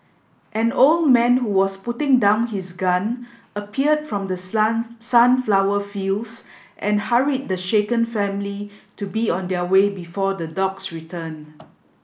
an old man who was putting down his gun appeared from the sun sunflower fields and hurried the shaken family to be on their way before the dogs return